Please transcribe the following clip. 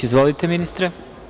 Izvolite, ministre.